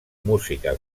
música